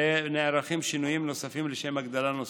ונערכים שינויים נוספים לשם הגדלה נוספת.